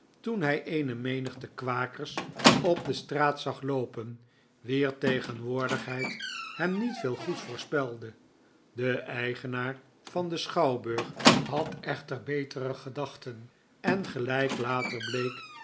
toen hij eene menigte kwakers op de straat zag loopen wier tegenwoordigheid hem niet veel goeds voorspelde de eigenaar van den schouwburg had echter betere gedachten en gelijk later bleek